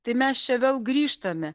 tai mes čia vėl grįžtame